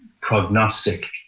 prognostic